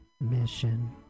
mission